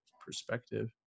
perspective